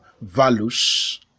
values